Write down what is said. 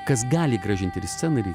kas gali grąžinti į sceną ir į